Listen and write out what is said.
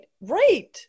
right